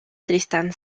tristán